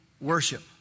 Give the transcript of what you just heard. worship